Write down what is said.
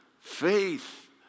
faith